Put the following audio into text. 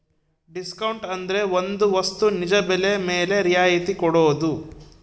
discount ಅಂದ್ರೆ ಒಂದ್ ವಸ್ತು ನಿಜ ಬೆಲೆ ಮೇಲೆ ರಿಯಾಯತಿ ಕೊಡೋದು